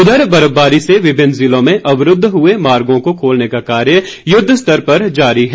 उधर बर्फबारी से विभिन्न जिलों में अवरूद्व हुए मार्गों को खोलने का कार्य युद्वस्तर पर जारी है